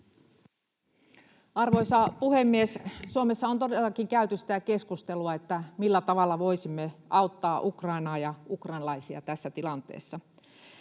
Arvoisa puhemies! Suomessa on todellakin käyty keskustelua, millä tavalla voisimme auttaa Ukrainaa ja ukrainalaisia tässä tilanteessa.